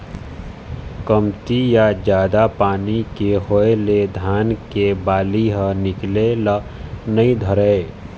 कमती या जादा पानी के होए ले धान के बाली ह निकले ल नइ धरय